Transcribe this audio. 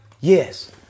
Yes